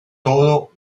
todo